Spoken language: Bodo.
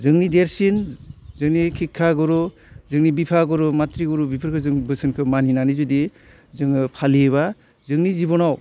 जोंनि देरसिन जोंनि हिख्खा गुरु जोंनि बिफा गुरु मात्रि गुरु बिफोरखौ जों बोसोनखौ मानिनानै जुदि जोङो फालियोबा जोंनि जिब'नाव